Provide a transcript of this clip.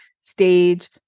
stage